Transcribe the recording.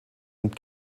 and